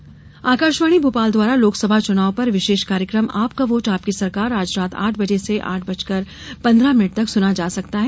विशेष कार्यक्रम आकाशवाणी भोपाल द्वारा लोकसभा चुनाव पर विशेष कार्यक्रम आपका वोट आपकी सरकार आज रात आठ बजे से आठ बजकर पन्द्रह मिनट तक सुना जा सकता है